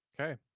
Okay